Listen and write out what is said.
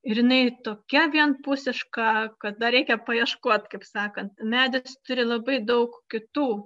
ir jinai tokia vienpusiška kad dar reikia paieškot kaip sakant medis turi labai daug kitų